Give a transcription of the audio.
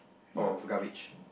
of garbage